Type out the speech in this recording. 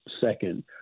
second